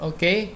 Okay